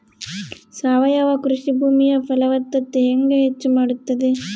ಸಾವಯವ ಕೃಷಿ ಭೂಮಿಯ ಫಲವತ್ತತೆ ಹೆಂಗೆ ಹೆಚ್ಚು ಮಾಡುತ್ತದೆ?